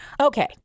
okay